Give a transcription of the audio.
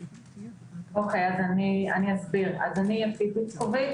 אני יפית איצקוביץ,